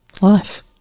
life